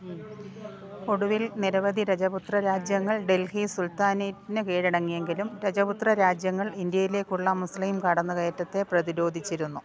ഒടുവിൽ നിരവധി രജപുത്ര രാജ്യങ്ങൾ ഡൽഹി സുൽത്താനേറ്റിന് കീഴടങ്ങിയെങ്കിലും രജപുത്രരാജ്യങ്ങള് ഇൻഡ്യയിലേക്കുള്ള മുസ്ലീം കടന്നുകയറ്റത്തെ പ്രതിരോധിച്ചിരുന്നു